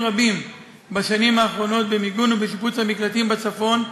רבים במיגון ובשיפוץ המקלטים בצפון,